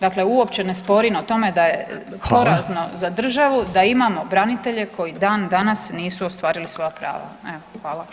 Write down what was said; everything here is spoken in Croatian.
Dakle, uopće ne sporim o tome da je porazno za državu da imamo branitelje koji dan danas nisu ostvarili svoja prava.